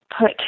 put